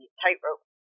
tightrope